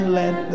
let